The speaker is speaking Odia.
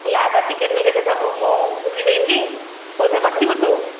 ହେଲା ତା ଟିକେଟ୍ ଫିକେଟ୍ ସବୁ ମୁଁ ବୁଝି ଦେଇଛି କେଉଁଠି ବସିବୁ ତୁ